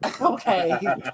Okay